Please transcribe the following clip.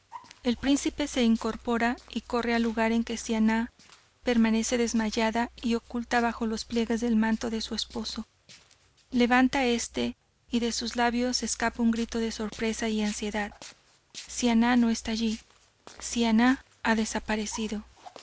el príncipe se incorpora y corre al lugar en que siannah permanece desmayada y oculta bajo los pliegues del manto de su esposo levanta este y de sus labios se escapa un grito de sorpresa y ansiedad siannah no esta allí siannah ha desaparecido